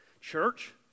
Church